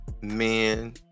men